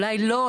אולי לא,